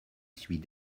suis